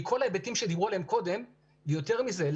יותר מזה.